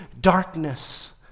darkness